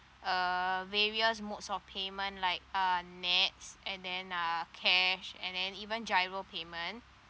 uh various modes of payment like uh nets and then uh cash and then even giro payment